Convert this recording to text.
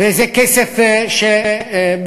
וזה כסף שבהחלט,